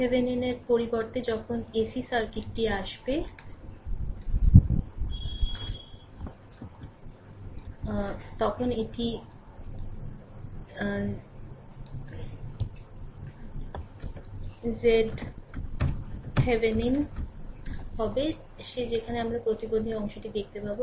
RThevenin পরিবর্তে যখন AC সার্কিটটি আসবে তখন এটি ZThevenin হবে যে সেখানে আমরা প্রতিবন্ধী অংশটি দেখতে পাব